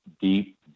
deep